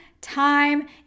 time